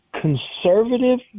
conservative